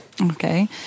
Okay